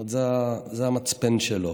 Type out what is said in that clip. זה המצפן שלו,